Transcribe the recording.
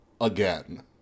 again